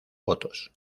votos